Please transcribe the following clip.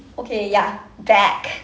okay ya back